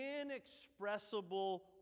inexpressible